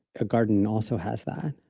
a garden also has that,